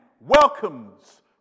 welcomes